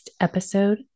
episode